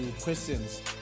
questions